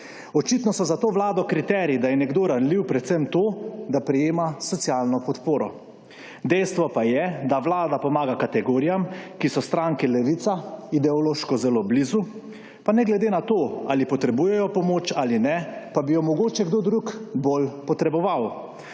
Očitno so za to Vlado kriteriji, da je nekdo ranljiv predvsem to, da prejema socialno podporo. Dejstvo pa je, da Vlada pomaga kategorijam, ki so stranki Levica ideološko zelo blizu, pa ne glede na to, ali potrebujejo pomoč, ali ne, pa bi jo mogoče kdo drug bolj potreboval.